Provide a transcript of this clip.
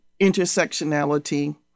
intersectionality